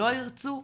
לא ירצו,